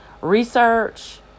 research